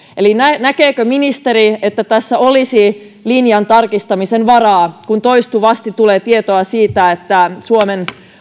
eli näkeekö ministeri että tässä olisi linjan tarkistamisen varaa kun toistuvasti tulee tietoa siitä että suomen